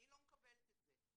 אני לא מקבלת את זה.